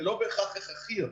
ולא בהכרח הכרחי יותר.